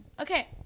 Okay